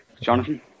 Jonathan